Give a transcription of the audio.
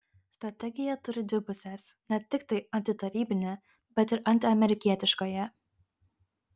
strategija turi dvi puses ne tiktai antitarybinę bet ir antiamerikietiškąją